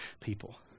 people